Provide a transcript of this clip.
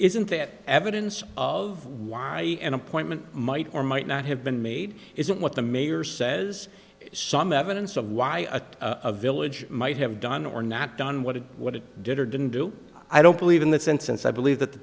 isn't that evidence of why an appointment might or might not have been made isn't what the mayor says some evidence of why a a village might have done or not done what it what it did or didn't do i don't believe in this instance i believe that th